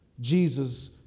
Jesus